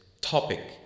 topic